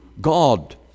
God